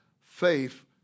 faith